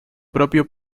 propio